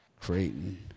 Creighton